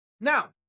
now